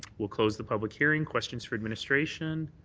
we'll close the public hearing. questions for administration?